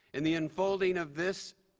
in the unfolding of this,